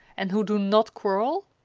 and who do not quarrel?